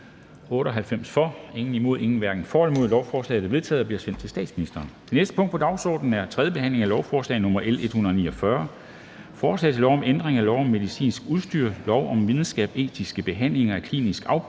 for eller imod stemte 0. Lovforslaget er enstemmigt vedtaget og bliver sendt til statsministeren. --- Det næste punkt på dagsordenen er: 14) 3. behandling af lovforslag nr. L 149: Forslag til lov om ændring af lov om medicinsk udstyr, lov om videnskabsetisk behandling af kliniske